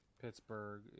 Pittsburgh